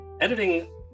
editing